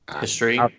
history